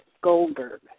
Goldberg